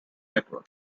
network